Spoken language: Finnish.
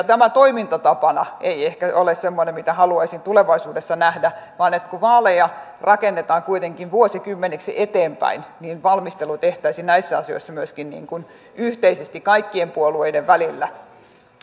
tämä toimintatapana ei ehkä ole semmoinen mitä haluaisin tulevaisuudessa nähdä vaan toivoisin että kun vaaleja rakennetaan kuitenkin vuosikymmeniksi eteenpäin niin valmistelu tehtäisiin näissä asioissa myöskin niin kuin yhteisesti kaikkien puolueiden välillä